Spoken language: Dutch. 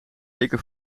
dikke